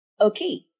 Okay